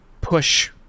push